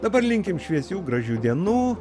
dabar linkim šviesių gražių dienų